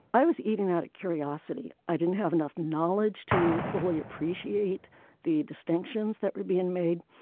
i was eating out of curiosity. i didn't have enough knowledge to fully appreciate the distinctions that were being made.